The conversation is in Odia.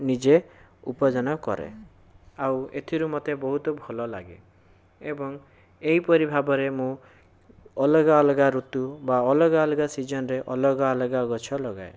ନିଜେ ଉପାର୍ଜନ କରେ ଆଉ ଏଥିରୁ ମୋତେ ବହୁତ ଭଲଲାଗେ ଏବଂ ଏହିପରି ଭାବରେ ମୁଁ ଅଲଗା ଅଲଗା ଋତୁ ବା ଅଲଗା ଅଲଗା ସିଜିନ୍ରେ ଅଲଗା ଅଲଗା ଗଛ ଲଗାଏ